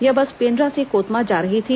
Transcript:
यह बस पेंड्रा से कोतमा जा रही थी